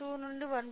2 నుండి 1